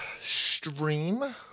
stream